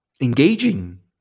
engaging